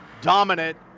Dominant